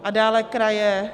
A dále kraje...